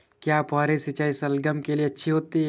क्या फुहारी सिंचाई शलगम के लिए अच्छी होती है?